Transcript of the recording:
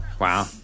Wow